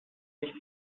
nicht